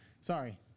Sorry